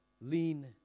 Lean